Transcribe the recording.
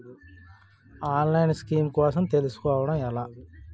ఆన్లైన్లో స్కీమ్స్ కోసం తెలుసుకోవడం ఎలా?